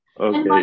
Okay